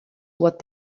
what